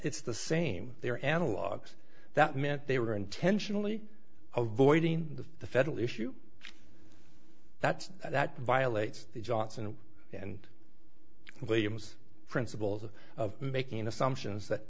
it's the same there analogues that meant they were intentionally avoiding the federal issue that's that violates the johnson and williams principles of making assumptions that